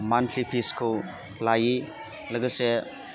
मानलि फिसखौ लायि लोगोसे